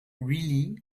really